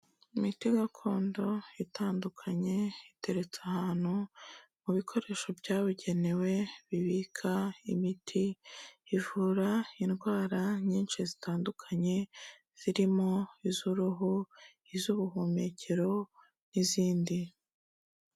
Imiti gakondo itandukanye iteretse ahantu mu bikoresho byabugenewe bibika imiti ivura indwara nyinshi zitandukanye zirimo iz'uruhu, iz'ubuhumekero n'izindi.